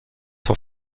sont